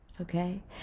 Okay